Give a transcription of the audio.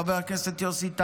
חבר הכנסת יוסי טייב,